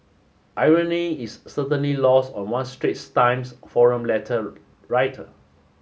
irony is certainly lost on one Straits Times forum letter writer